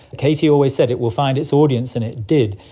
katie always said it will find its audience and it did.